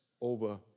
Over